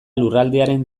lurraldearen